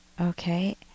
Okay